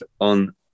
on